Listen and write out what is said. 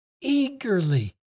eagerly